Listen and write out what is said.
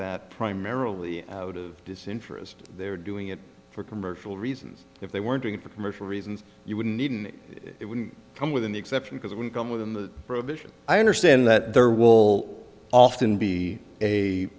that primarily out of this interest they're doing it for commercial reasons if they weren't doing it for commercial reasons you wouldn't need an it wouldn't come with an exception because it would come within the provision i understand that there will often be a